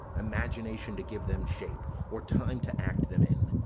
imagination to give them shape, or time to act them in.